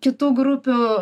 kitų grupių